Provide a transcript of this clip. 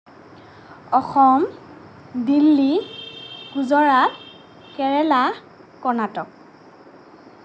Assam Delhi Gujarat Kerala Karnataka